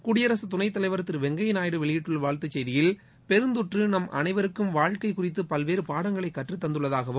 குடியரகத் துணைத் தலைவர் திரு வெங்கையா நாயுடு வெளியிட்டுள்ள வாழ்த்து செய்தியில் பெருந்தொற்று நம் அனைவருக்கும் வாழ்க்கை குறித்து பல்வேறு பாடங்களை கற்ற தந்துள்ளதாகவும்